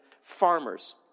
farmers